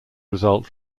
result